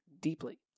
deeply